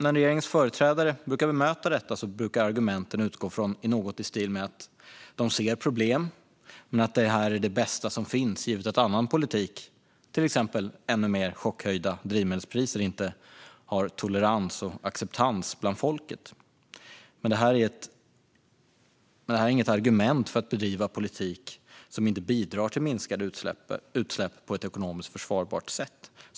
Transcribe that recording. När regeringens företrädare bemöter detta brukar argumentationen utgå från något i stil med att de ser problem men att detta är det bästa som finns givet att annan politik, till exempel ännu mer chockhöjda drivmedelspriser, inte har tolerans och acceptans bland folket. Det är dock inget argument för att bedriva politik som inte bidrar till minskade utsläpp på ett ekonomiskt försvarbart sätt.